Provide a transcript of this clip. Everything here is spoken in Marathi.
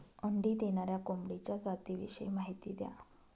अंडी देणाऱ्या कोंबडीच्या जातिविषयी माहिती द्या